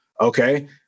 Okay